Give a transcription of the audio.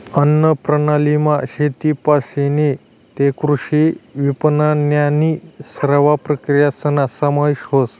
अन्नप्रणालीमा शेतपाशीन तै कृषी विपनननन्या सरव्या प्रक्रियासना समावेश व्हस